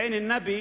עין-א-נבי,